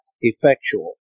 effectual